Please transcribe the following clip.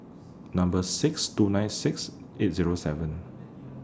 Number six two nine six eight Zero seven